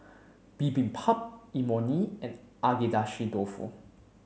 Bibimbap Imoni and Agedashi dofu